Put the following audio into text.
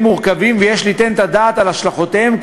מורכבים ויש ליתן את הדעת על השלכותיהם,